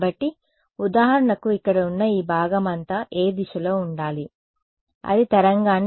కాబట్టి ఉదాహరణకు ఇక్కడ ఉన్న ఈ భాగం అంతా ఏ దిశలో ఉండాలి అది తరంగాన్ని గమనించాలి